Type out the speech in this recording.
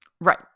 right